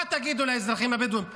מה תגידו לאזרחים הבדואים?